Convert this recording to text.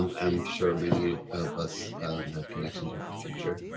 and i'm sure many of us have connections with the future,